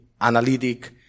analytic